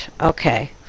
Okay